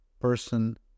person